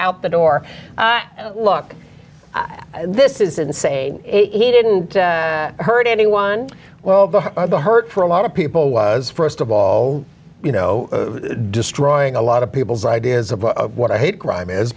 out the door look this is insane it didn't hurt anyone well but the hurt for a lot of people was first of all you know destroying a lot of people's ideas of what i hate crime is